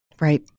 Right